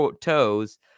toes